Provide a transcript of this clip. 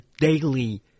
daily